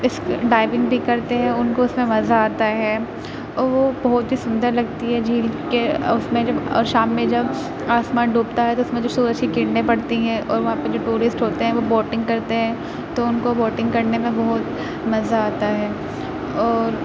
diving بھی کرتے ہیں ان کو اس میں مزہ آتا ہے اور وہ بہت ہی سندر لگتی ہے جھیل کے اس میں جب شام میں جب آسمان ڈوبتا ہے تو اس میں جو سورج کی کرنیں پڑتی ہیں اور وہاں پہ جو ٹورسٹ ہوتے ہیں وہ بوٹنگ کرتے ہیں تو ان کو بوٹنگ کرنے میں بہت مزہ آتا ہے اور